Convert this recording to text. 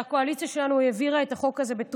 והקואליציה שלנו העבירה את החוק הזה בקריאה